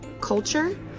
culture